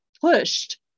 pushed